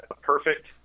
perfect